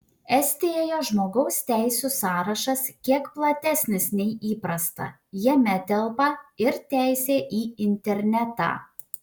estijoje žmogaus teisių sąrašas kiek platesnis nei įprasta jame dar telpa ir teisė į internetą